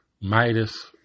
Midas